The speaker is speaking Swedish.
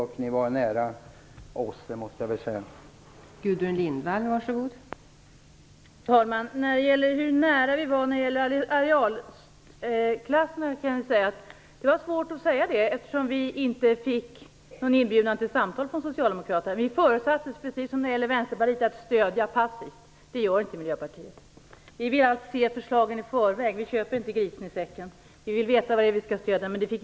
Jag måste ändå säga att ni ligger nära oss.